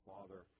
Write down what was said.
Father